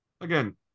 again